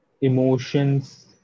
emotions